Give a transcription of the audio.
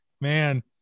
Man